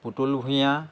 Putul Bhuyan